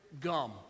gum